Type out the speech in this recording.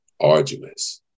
arduous